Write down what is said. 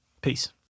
Peace